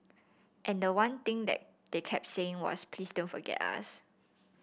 and the one thing that they kept saying was please don't forget us